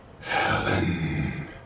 Helen